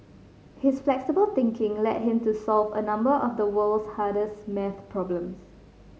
his flexible thinking led him to solve a number of the world's hardest maths problems